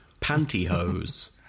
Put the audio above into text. pantyhose